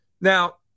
Now